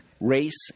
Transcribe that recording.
Race